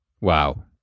Wow